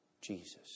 Jesus